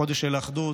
חודש של אחדות,